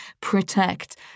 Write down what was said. protect